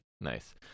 Nice